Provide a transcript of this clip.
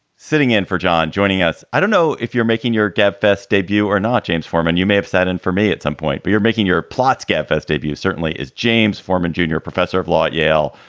sitting in for john joining us, i don't know if you're making your gabfests debut or not. james forman, you may have sat in for me at some point, but you're making your plots. gabfests debut certainly is. james forman, junior junior professor of law at yale,